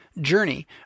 journey